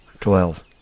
Twelve